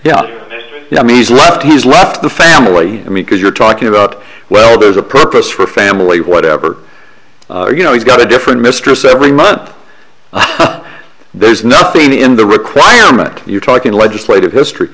would mean if he's left the family i mean because you're talking about well there's a purpose for family whatever you know he's got a different mistress every month there's nothing in the requirement you're talking legislative history